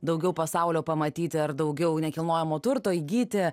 daugiau pasaulio pamatyti ar daugiau nekilnojamo turto įgyti